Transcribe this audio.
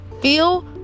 feel